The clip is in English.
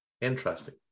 Interesting